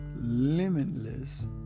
limitless